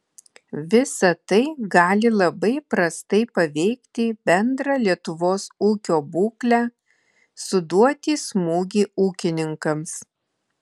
visa tai gali labai prastai paveikti bendrą lietuvos ūkio būklę suduoti smūgį ūkininkams